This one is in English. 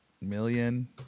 Million